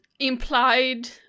Implied